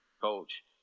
coach